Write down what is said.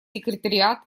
секретариат